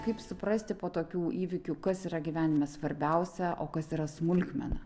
kaip suprasti po tokių įvykių kas yra gyvenime svarbiausia o kas yra smulkmena